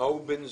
מהו בן זוג?